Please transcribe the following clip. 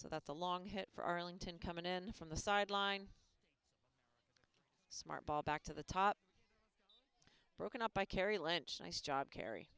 so that's a long hit for arlington coming in from the sideline smart ball back to the top broken up by carey lynch nice job carey